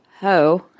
Ho